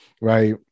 right